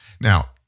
Now